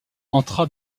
entra